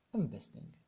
investing